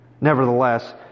Nevertheless